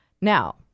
Now